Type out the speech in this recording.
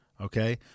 Okay